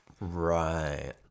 Right